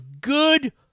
good